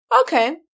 Okay